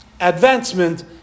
advancement